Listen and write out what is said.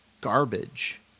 Garbage